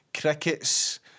crickets